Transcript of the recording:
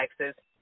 Texas